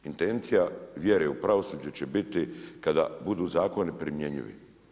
Intencija vjere u pravosuđe će biti kada budu zakoni primjenjivi.